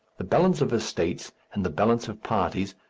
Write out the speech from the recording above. the balance of estates and the balance of parties,